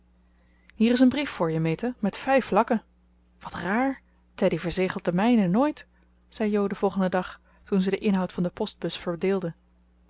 hier is een brief voor je meta met vijf lakken wat raar teddy verzegelt de mijne nooit zei jo den volgenden dag toen ze den inhoud van de postbus verdeelde